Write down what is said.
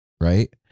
right